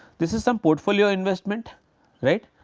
this is some portfolio investment right,